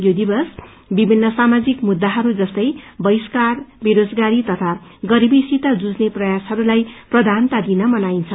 यो दिवस विभिन्न सामाजिक मुद्दाहरू जस्तै वहिष्कार बेरोजगारी तथा गरीबीसित जुझ्ने प्रयासहरूलाई प्रयानता दिन मनाइन्छ